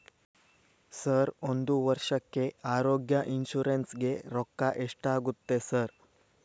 Sir ಒಂದು ವರ್ಷಕ್ಕೆ ಆರೋಗ್ಯ ಇನ್ಶೂರೆನ್ಸ್ ಗೇ ರೊಕ್ಕಾ ಎಷ್ಟಾಗುತ್ತೆ ಸರ್?